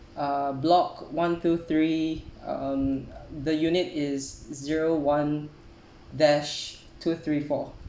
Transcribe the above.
uh block one two three um the unit is zero one dash two three four